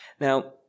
Now